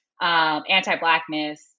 anti-blackness